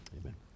Amen